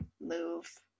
move